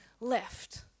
left